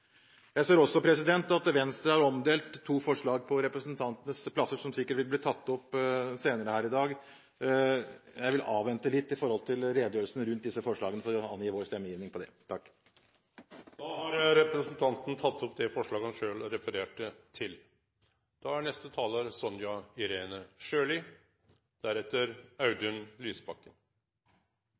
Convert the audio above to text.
jeg håper derfor at regjeringspartiene vil være med og støtte forslaget som jeg herved tar opp. Venstre har omdelt to forslag på representantenes plasser som sikkert vil bli tatt opp senere her i dag. Jeg vil avvente litt med hensyn til redegjørelsene rundt disse forslagene for å avgi vår stemmegivning på det. Representanten Jon Jæger Gåsvatn har teke opp det forslaget han refererte til.